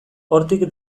hortik